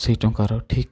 ସେଇ ଟଙ୍କାର ଠିକ୍